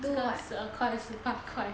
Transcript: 十二块十八块